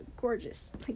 gorgeous